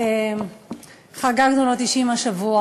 חגגנו לו 90 השבוע.